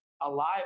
alive